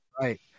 Right